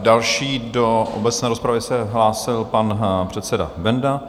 Další do obecné rozpravy se hlásil pan předseda Benda.